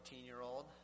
14-year-old